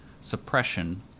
suppression